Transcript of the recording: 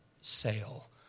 sale